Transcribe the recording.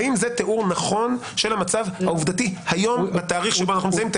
האם זה תיאור נכון של המצב העובדתי היום בתאריך שבו אנחנו נמצאים,